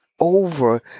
over